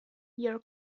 year